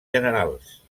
generals